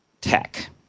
tech